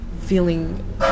feeling